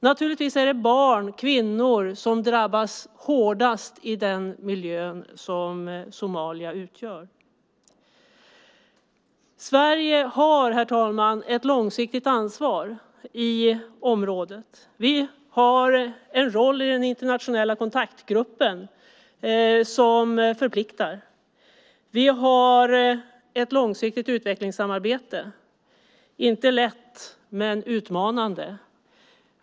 Naturligtvis är det barn och kvinnor som drabbas hårdast i den miljö som Somalia utgör. Herr talman! Sverige har ett långsiktigt ansvar i området. Vi har en roll i den internationella kontaktgruppen som förpliktar. Vi har ett långsiktigt utvecklingssamarbete som inte är lätt men utmanande.